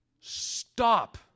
Stop